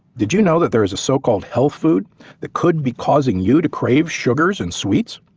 did you know that there is a so-called health food that could be causing you to crave sugars and sweets,